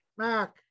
Mac